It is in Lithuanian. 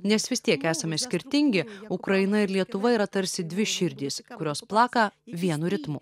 nes vis tiek esame skirtingi ukraina ir lietuva yra tarsi dvi širdys kurios plaka vienu ritmu